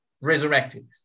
resurrected